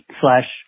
slash